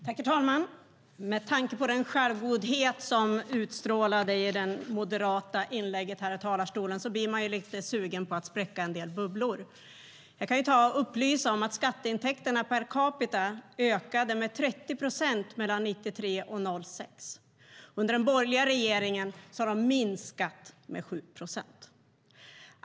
Herr talman! Med tanke på den självgodhet som utstrålades i det moderata inlägget i talarstolen blir man lite sugen på att spräcka en del bubblor. Jag kan upplysa om att skatteintäkterna per capita ökade med 30 procent mellan 1993 och 2006. Under den borgerliga regeringen har de minskat med 7 procent.